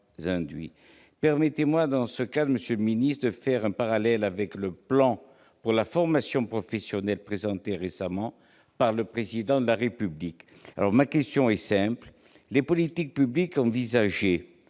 Permettez-moi dans ce cadre, monsieur le secrétaire d'État, de faire un parallèle avec le plan pour la formation professionnelle présenté récemment par le Président de la République. Ma question est simple : les politiques publiques envisagées